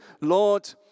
Lord